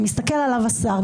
מסתכל עליו השר,